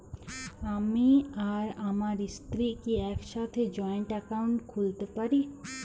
আমি আর আমার স্ত্রী কি একসাথে জয়েন্ট অ্যাকাউন্ট খুলতে পারি?